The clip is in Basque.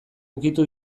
ukitu